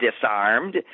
disarmed